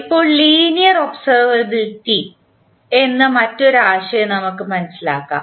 ഇപ്പോൾ linear observability എന്ന മറ്റൊരു ആശയം നമുക്ക് മനസ്സിലാക്കാം